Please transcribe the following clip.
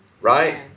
Right